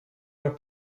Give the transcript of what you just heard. our